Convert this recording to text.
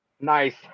Nice